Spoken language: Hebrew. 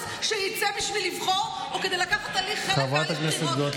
שיצא בשביל לבחור או כדי לקחת חלק בהליך בחירות.